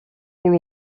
cul